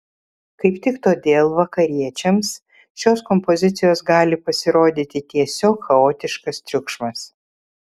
kaip tik todėl vakariečiams šios kompozicijos gali pasirodyti tiesiog chaotiškas triukšmas